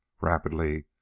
Rapidly